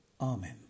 Amen